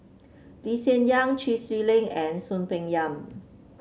Lee Hsien Yang Chee Swee Lee and Soon Peng Yam